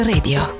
Radio